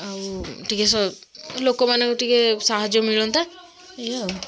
ଆଉ ଟିକେ ସ ଲୋକମାନଙ୍କୁ ଟିକେ ସାହାଯ୍ୟ ମିଳନ୍ତା ଏଇଆ ଆଉ